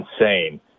insane